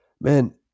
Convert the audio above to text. Man